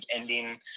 ending